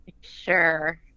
Sure